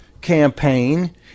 campaign